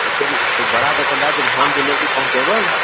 आय तेरी से बड़ा दोकानदार छै तऽ होम डीलेभरी पहुँचेबै ने घर पर